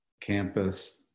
campus